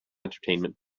entertainment